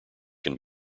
can